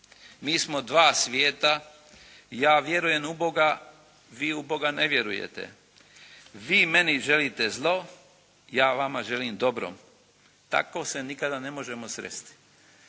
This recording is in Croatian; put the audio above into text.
Mi smo dva svijeta. Ja vjerujem u Boga, vi u Boga ne vjerujete. Vi meni želite zlo, ja vama želim dobro. Tako se nikada ne možemo sresti."